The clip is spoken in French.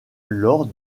lors